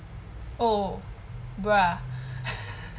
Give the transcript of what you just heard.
oh !wah!